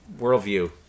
Worldview